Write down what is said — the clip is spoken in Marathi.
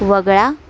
वगळा